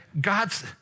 God's